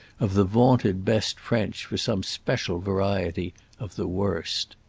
of the vaunted best french for some special variety of the worst.